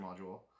module